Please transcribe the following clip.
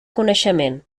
coneixement